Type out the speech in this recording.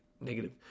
Negative